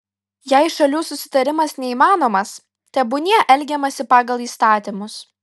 jei šalių susitarimas neįmanomas tebūnie elgiamasi pagal įstatymus